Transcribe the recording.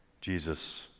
Jesus